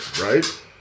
right